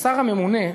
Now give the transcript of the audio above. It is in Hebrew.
לשר הממונה,